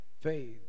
faith